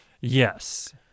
Yes